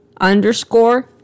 Underscore